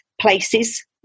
places